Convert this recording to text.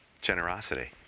generosity